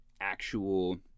actual